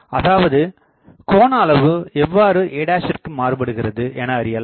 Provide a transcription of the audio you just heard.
அதாவது கோணஅளவு எவ்வாறு a ற்கு மாறுபடுகிறது எனஅறியலாம்